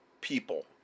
people